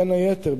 בין היתר,